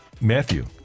Matthew